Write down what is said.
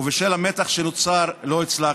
ובשל המתח שנוצר לא הצלחתי.